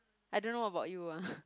I don't know about you ah